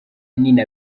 nina